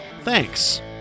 Thanks